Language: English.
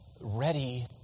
ready